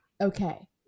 okay